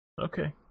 Okay